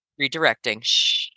redirecting